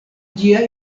ĝia